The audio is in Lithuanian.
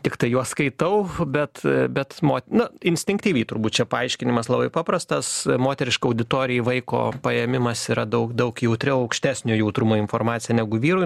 tiktai juos skaitau bet bet mot na instinktyviai turbūt čia paaiškinimas labai paprastas moteriškai auditorijai vaiko paėmimas yra daug daug jautriau aukštesnio jautrumo informacija negu vyrui